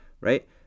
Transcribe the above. right